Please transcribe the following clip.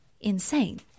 insane